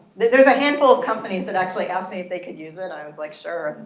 there's a handful of companies that actually asked me if they could use it. i was like sure.